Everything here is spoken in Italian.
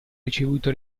ricevuto